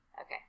Okay